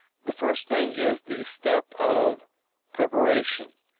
the first thing is the step of preparation,